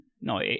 No